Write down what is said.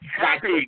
happy